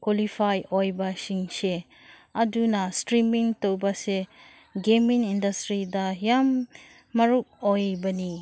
qualify ꯑꯣꯏꯕꯁꯤꯡꯁꯦ ꯑꯗꯨꯅ streaming ꯇꯧꯕꯁꯦ ꯒꯦꯝꯃꯤꯡ ꯏꯟꯗꯁꯇ꯭ꯔꯤꯗ ꯌꯥꯝ ꯃꯔꯨ ꯑꯣꯏꯕꯅꯤ